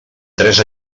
tres